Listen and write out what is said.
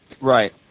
Right